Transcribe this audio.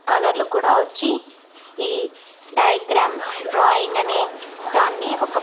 కలర్లు కూడా వచ్చి ఈ డయాగ్రామ్ డ్రాయింగ్ అనే దాన్ని ఒక